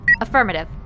Affirmative